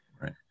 Right